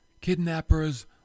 kidnappers